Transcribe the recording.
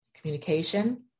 communication